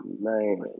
Man